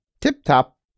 tip-top